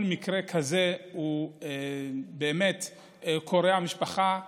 כל מקרה כזה באמת קורע משפחה,